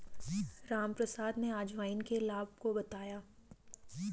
रामप्रसाद ने अजवाइन के लाभ को बताया